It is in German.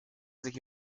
sich